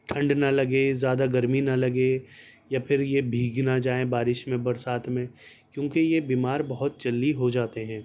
ٹھنڈ نہ لگے زیادہ گرمی نہ لگے یا پھر یہ بھیگ نہ جائیں بارش میں برسات میں کیونکہ یہ بیمار بہت جلدی ہو جاتے ہیں